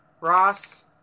Ross